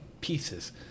pieces